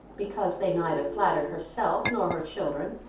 because they neither flattered herself nor her children,